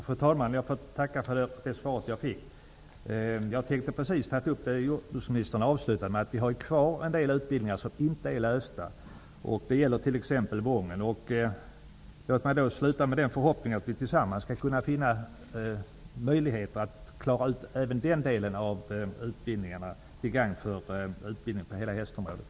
Fru talman! Jag får tacka för det svar jag fick. Jag tänkte precis ta upp det jordbruksministern avslutade med, nämligen att vi har kvar en del utbildningar vars problem inte är lösta. Det gäller t.ex. Wången. Låt mig sluta med den förhoppningen att vi tillsammans skall kunna finna möjliga lösningar även för den delen av utbildningarna, till gagn för utbildningen på hela hästområdet.